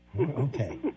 Okay